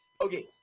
Okay